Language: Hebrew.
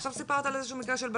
עכשיו סיפרת על איזשהו מקרה של בנות.